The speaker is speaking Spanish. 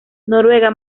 noruega